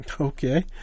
Okay